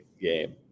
game